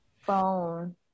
phone